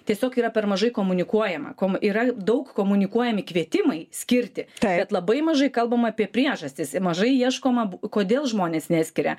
tiesiog yra per mažai komunikuojama kom yra daug komunikuojami kvietimai skirti bet labai mažai kalbama apie priežastis mažai ieškoma kodėl žmonės neskiria